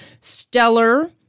Stellar